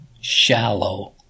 shallow